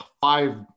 five